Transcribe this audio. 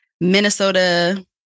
Minnesota